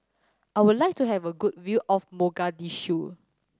I would like to have a good view of Mogadishu